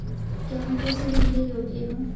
क्या मैं कृषि ऋण के योग्य हूँ?